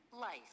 Life